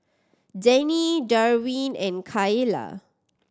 Denny Darwyn and Kaila